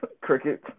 Cricket